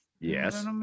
Yes